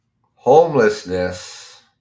homelessness